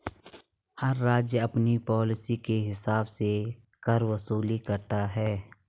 हर राज्य अपनी पॉलिसी के हिसाब से कर वसूली करता है